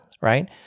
right